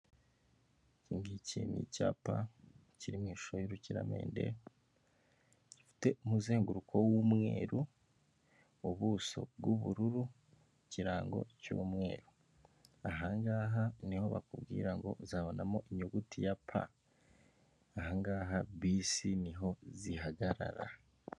Iki ngiki ni icyapa kiri mu ishusho y'urukiramende gifite umuzenguruko w'umweru, ubuso bw'ubururu, ikirango cy'umweru, aha ngaha niho bakubwira ngo uzabonamo inyuguti ya pa, aha ngaha bisi niho zihagarara.